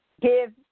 Give